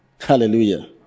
Hallelujah